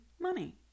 money